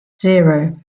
zero